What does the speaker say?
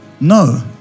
No